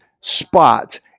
spot